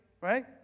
right